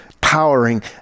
powering